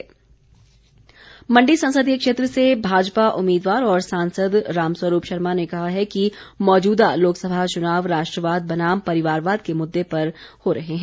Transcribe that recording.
रामस्वरूप मण्डी संसदीय क्षेत्र से भाजपा उम्मीदवार और सांसद राम स्वरूप शर्मा ने कहा है कि मौजूदा लोकसभा चुनाव राष्ट्रवाद बनाम परिवारवाद के मुद्दे पर हो रहे हैं